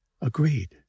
agreed